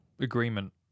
agreement